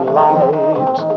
light